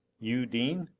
you, dean?